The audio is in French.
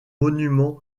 monument